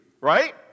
right